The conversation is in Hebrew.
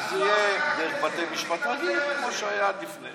שזה יהיה דרך בתי משפט רגילים, כמו שהיה עד אז.